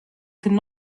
could